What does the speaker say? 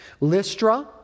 Lystra